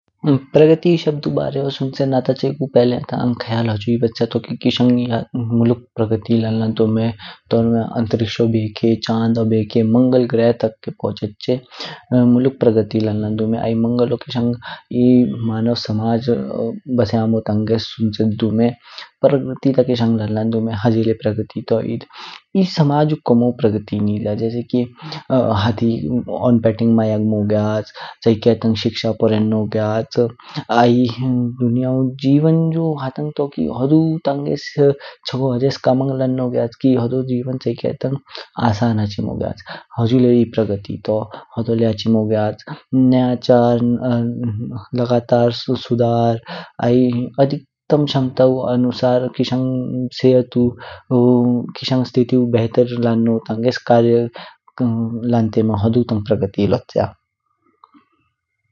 प्रगति शब्द दू बारियो सुनचेन ता चाहिएकु पहिले अंग ख्याल होजुई बच्चा दुख कि किशतंग में मुलुक प्रगति लन्लान दुमा, टोरम्या अंतरिक्ष ओ बेके, चंदो बेके, मंगल ग्रह तक पहुँचेंचे, मुलुक प्रगति लन्लान दुमा। आई मंगल ई मानव समाज बस्यामो तंगे कमांग लानो दुमा। हुजु ले एध प्रगति तो। आई एध समाजु कोमो प्रगति निज्या जैसे कि हाती ओं पेटिंग मां यग्मो ग्याच, चाहिएके तंग शिक्षा पोरेनो ग्याच। दुनियाओ जीवनु तांगेस हाजेस कमांग लानो ग्याच कि चाहिएके तंग जीवन आसान हाचिम ग्याच, हुजू ले ई प्रगति तो होदो ले हाचिमो ग्याच। नया चार, लगातार सुधार आई अधिकतम अनुसार किशतंगु सेहतु सुधारु तांगेस कमांग लांते मम हुडु तंग प्रगति लोच्य।